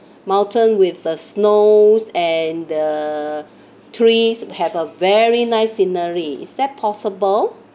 mountain with uh snows and the trees have a very nice scenery is that possible